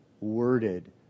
worded